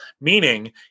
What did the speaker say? meaning